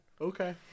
Okay